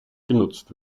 genutzt